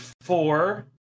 four